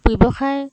ব্যৱসায়